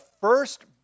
first